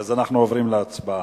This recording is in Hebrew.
אנחנו עוברים להצבעה.